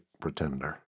Pretender